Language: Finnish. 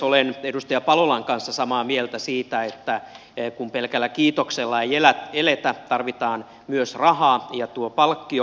olen edustaja palolan kanssa samaa mieltä siitä että kun pelkällä kiitoksella ei eletä tarvitaan myös rahaa ja tuo palkkio